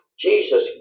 Jesus